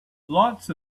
lots